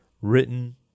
written